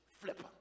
flipper